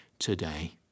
Today